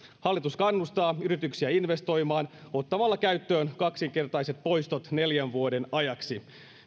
hallitus kannustaa yrityksiä investoimaan ottamalla käyttöön kaksinkertaiset poistot neljän vuoden ajaksi